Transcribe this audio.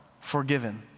forgiven